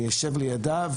ואני אשב לידה.